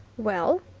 well?